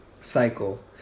cycle